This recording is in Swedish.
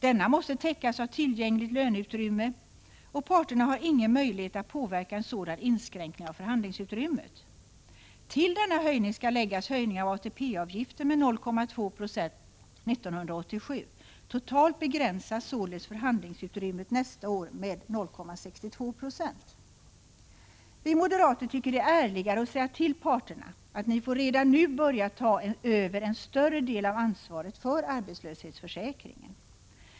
Denna måste täckas av tillgängligt löneutrymme, och parterna har ingen möjlighet att påverka en sådan inskränkning av förhandlingsutrymmet. Till denna höjning skall läggas höjningen av ATP-avgiften med 0,2 90 år 1987. Totalt begränsas således förhandlingsutrymmet nästa år med 0,62 90. Vi moderater tycker det är ärligare att säga till parterna: Ni får redan nu börja ta över en större del av ansvaret för arbetslöshetsförsäkringen.